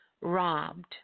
robbed